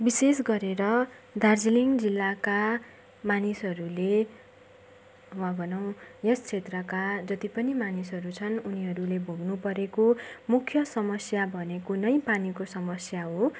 विशेष गरेर दार्जिलिङ जिल्लाका मानिसहरूले वा भनौँ यस क्षेत्रका जति पनि मानिसहरू छन् उनीहरूले भोग्नुपरेको मुख्य समस्या भनेको नै पानीको समस्या हो